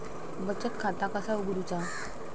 बचत खाता कसा उघडूचा?